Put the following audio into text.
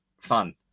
fun